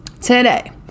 Today